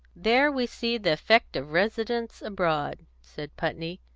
there we see the effect of residence abroad, said putney.